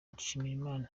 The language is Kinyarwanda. nshimirimana